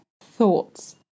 Thoughts